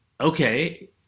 okay